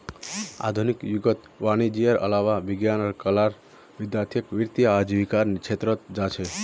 आधुनिक युगत वाणिजयेर अलावा विज्ञान आर कलार विद्यार्थीय वित्तीय आजीविकार छेत्रत जा छेक